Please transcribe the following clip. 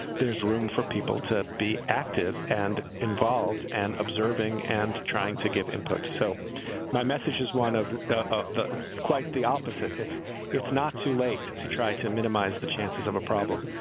there's room for people to be active and involved and observing and trying to give input. so my message is one of ah the quite the opposite. it's it's not too late to try to minimize the chances of a problem.